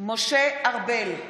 משה ארבל,